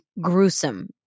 gruesome